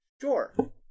sure